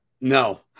no